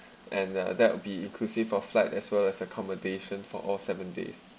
and uh that will be inclusive of flight as well as accommodation for all seven days